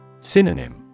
Synonym